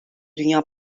dünya